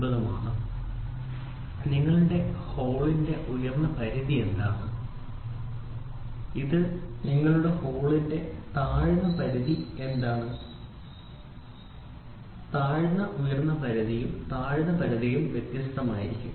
നിങ്ങളുടെ ഹോൾന് നിങ്ങളുടെ ഹോൾന്റെ ഉയർന്ന പരിധി എന്താണ് നിങ്ങളുടെ ഹോൾന്റെ താഴ്ന്ന പരിധി എന്താണ് താഴ്ന്ന ഉയർന്ന പരിധിയും താഴ്ന്ന പരിധികളും വ്യത്യസ്തമായിരിക്കും